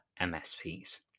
MSPs